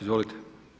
Izvolite.